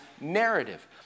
narrative